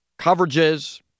coverages